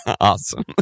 awesome